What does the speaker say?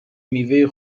میوه